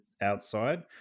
outside